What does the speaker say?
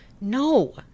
No